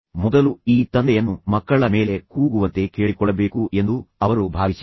ಮೊದಲು ಈ ತಂದೆಯನ್ನು ಮಕ್ಕಳ ಮೇಲೆ ಕೂಗುವಂತೆ ಕೇಳಿಕೊಳ್ಳಬೇಕು ಎಂದು ಅವರು ಭಾವಿಸಿದರು